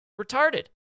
retarded